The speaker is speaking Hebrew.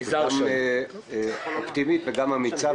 את גם אופטימית וגם אמיצה,